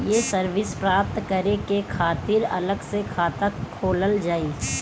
ये सर्विस प्राप्त करे के खातिर अलग से खाता खोलल जाइ?